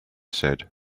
said